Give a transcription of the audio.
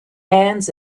hands